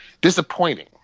disappointing